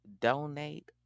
donate